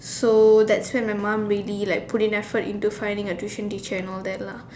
so that's when my mom really like put in effort into finding a tuition teacher and all that lah